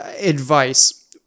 advice